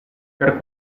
per